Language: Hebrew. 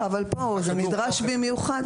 פה זה נדרש במיוחד.